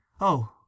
Oh